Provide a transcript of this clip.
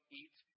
eat